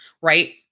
right